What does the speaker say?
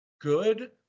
good